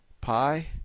pi